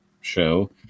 show